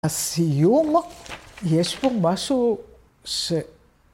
‫הסיום יש פה משהו ש...